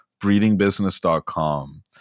breedingbusiness.com